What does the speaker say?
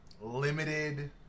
limited